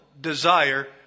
desire